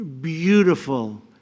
beautiful